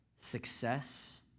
success